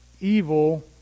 evil